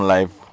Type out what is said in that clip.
Life